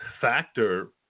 factor